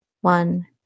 One